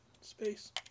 space